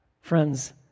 Friends